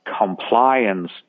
compliance